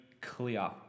clear